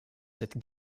cette